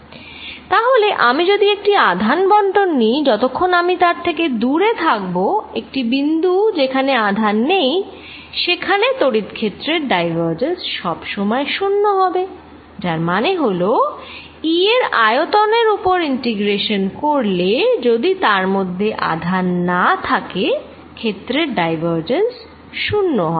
তাহলে আমি যদি একটি আধান বন্টন নিই যতক্ষণ আমি তার থেকে দূরে থাকব একটি বিন্দু যেখানে আধান নেই সেখানে তড়িৎ ক্ষেত্রের ডাইভারজেন্স সব সময় শুন্য হবে যার মানে হল E এর আয়তনের ওপর ইন্টেগ্রেশন করলে যদি তার মধ্যে আধান না থাকে ক্ষেত্রের ডাইভারজেন্স শুন্য হবে